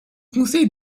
conseil